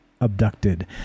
abducted